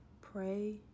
pray